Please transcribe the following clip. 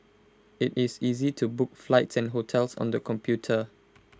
IT is easy to book flights and hotels on the computer